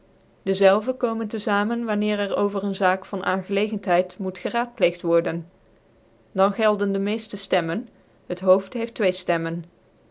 dezelve komen te zamen wanneer er over een zaak van aangclccnthcid moet gcraatplecd worden dan gelden dc meefte itemme het hooft heeft twee